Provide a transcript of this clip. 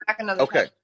okay